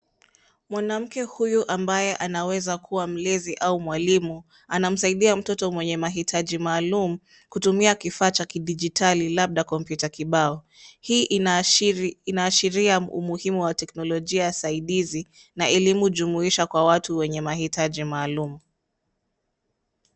Mwanamke huyu ambaye anaweza kuwa mlezi au mwalimu anamsaidia mtoto mwenye mahitaji maalum kutumia kifaa cha kidijitali labda kompyuta kibao. Hii inaashiria umuhimu wa teknolojia saidizi na elimu jumuisha kwa watu wenye mahitaji maalum.